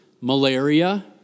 malaria